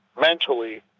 mentally